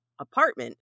apartment